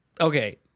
okay